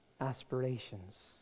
aspirations